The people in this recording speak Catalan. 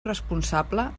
responsable